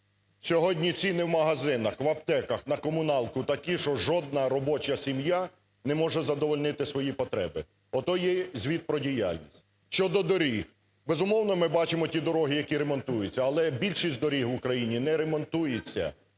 Сьогодні ціни в магазинах, в аптеках, на комуналку такі, що жодна робоча сім'я не може задовольнити свої потреби. Ото є звіт про діяльність. Щодо доріг. Безумовно, ми бачимо ті дороги, які ремонтується, але більшість доріг в Україні не ремонтується.